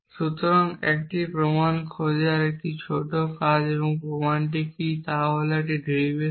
সুতরাং একটি প্রমাণ খোঁজার একটি ছোট কাজ এবং প্রমাণটি কী তা হল একটি ডেরিভেশন